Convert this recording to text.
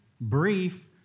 brief